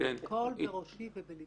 הכול בראשי ובלבי.